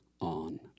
on